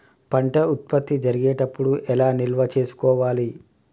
పంట ఉత్పత్తి జరిగేటప్పుడు ఎలా నిల్వ చేసుకోవాలి?